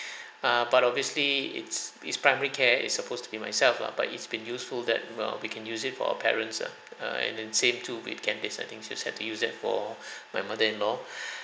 err but obviously it's it's primary care is supposed to be myself lah but it's been useful that well we can use it for our parents ah err and then same to with candace I think she's had to use that for my mother-in-law